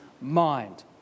mind